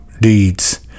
deeds